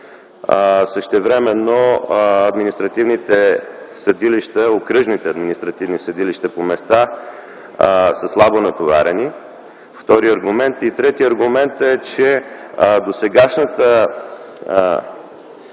а същевременно окръжните административни съдилища по места са слабо натоварени – втори аргумент. Трети аргумент е, че досегашната